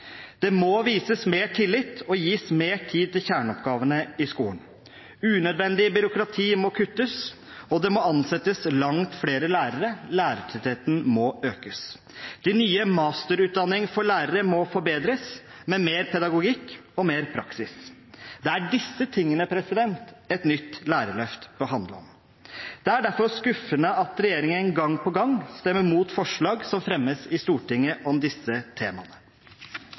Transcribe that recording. Det må vises mer tillit og gis mer tid til kjerneoppgavene i skolen. Unødvendig byråkrati må kuttes, og det må ansettes langt flere lærere, lærertettheten må økes. Den nye masterutdanningen for lærere må forbedres med mer pedagogikk og mer praksis. Det er disse tingene et nytt lærerløft bør handle om. Det er derfor skuffende at regjeringspartiene gang på gang stemmer mot forslag som fremmes i Stortinget om disse temaene.